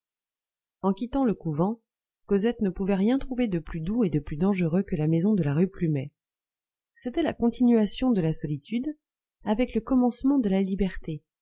en quittant le couvent cosette ne pouvait rien trouver de plus doux et de plus dangereux que la maison de la rue plumet c'était la continuation de la solitude avec le commencement de la liberté